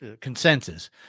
consensus